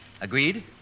Agreed